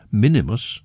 minimus